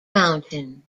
mountain